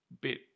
bit